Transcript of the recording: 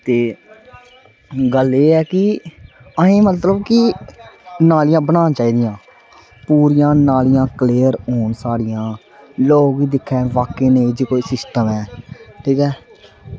ते गल्ल एह् ऐ कि असें मतलब कि नालियां बनानियां चाहीदियां पूरियां नालियां क्लीयर होन साढ़ियां लोग बी दिक्खन कि निं भई एह्दे च बी कोई सिस्टम ऐ ठीक ऐ